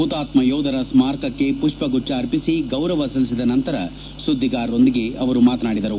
ಹುತಾತ್ಮೆ ಯೋಧರ ಸ್ಮಾರಕಕ್ಕೆ ಪುಷ್ಪಗುಚ್ಛ ಅರ್ಪಿಸಿ ಗೌರವ ಸಲ್ಲಿಸಿದ ನಂತರ ಸುದ್ದಿಗಾರರೊಂದಿಗೆ ಅವರು ಮಾತನಾಡಿದರು